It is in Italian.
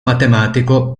matematico